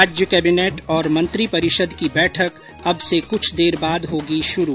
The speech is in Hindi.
राज्य कैबिनेट और मंत्रीपरिषद की बैठक अब से कुछ देर बाद होगी शुरू